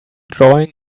drawing